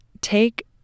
take